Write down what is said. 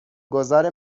گذار